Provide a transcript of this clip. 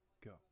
go